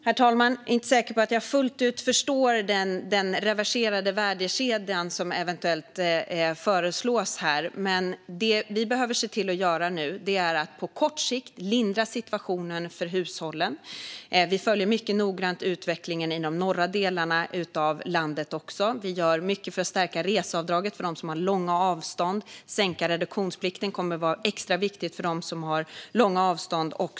Herr talman! Jag är inte säker på att jag fullt ut förstod den reverserade värdekedja som eventuellt föreslås här. Det vi behöver se till att göra nu är på kort sikt att lindra situationen för hushållen. Vi följer mycket noggrant utvecklingen också i de norra delarna av landet. Vi gör mycket för att stärka reseavdraget för dem som har långa avstånd. Och sänkt reduktionsplikt kommer att vara extra viktigt för dem som har långa avstånd.